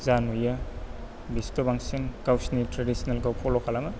जा नुयो बिसोरथ' बांसिन गावसोरनि थ्रेदिसोनेलखौ फल' खालामो